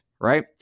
right